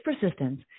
persistence